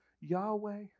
Yahweh